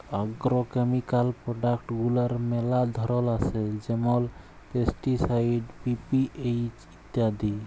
agrochemical product গুলার ম্যালা ধরল আসে যেমল পেস্টিসাইড, পি.পি.এইচ ইত্যাদি